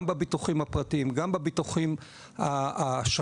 גם בביטוחים הפרטיים וגם בביטוחי השב"נים.